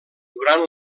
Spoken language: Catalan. durant